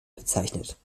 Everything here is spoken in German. bezeichnet